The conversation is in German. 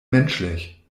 menschlich